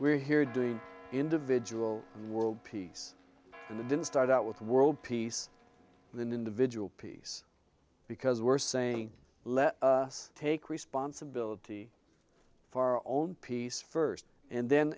we're here doing individual world peace and the didn't start out with world peace with an individual peace because we're saying let us take responsibility for our own peace first and then